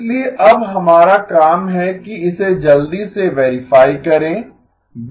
इसलिए अब हमारा काम है कि इसे जल्दी से वेरीफाई करें